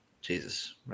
jesus